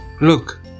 Look